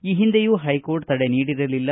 ಈ ಹಿಂದೆಯೂ ಹೈಕೋರ್ಟ್ ತಡೆ ನೀಡಿರಲಿಲ